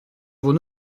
vos